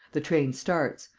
the train starts.